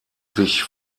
sich